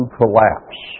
collapse